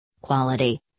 Quality